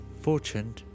Fortune